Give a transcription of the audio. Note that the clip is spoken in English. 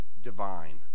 divine